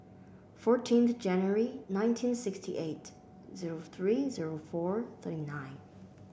fourteenth January nineteen sixty eight zero three zero four thirty nine